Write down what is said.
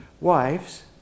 Wives